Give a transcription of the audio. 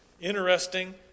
interesting